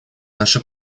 нашей